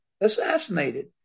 assassinated